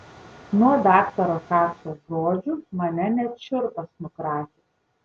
nuo daktaro kaco žodžių mane net šiurpas nukratė